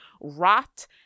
rot